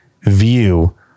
view